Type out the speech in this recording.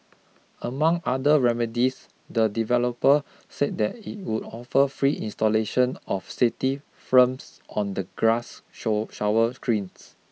among other remedies the developer said that it would offer free installation of safety films on the glass show shower screens